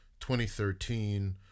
2013